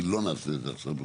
כי לא נעשה את זה עכשיו.